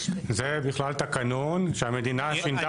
זה בכלל תקנון שהמדינה שינתה,